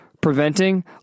preventing